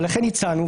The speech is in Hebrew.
ולכן הצענו,